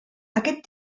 aquest